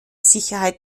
sicherheit